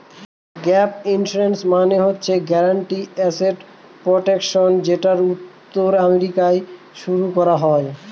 gap insurance মানে হচ্ছে guaranteed asset protection যেটা উত্তর আমেরিকায় শুরু করা হয়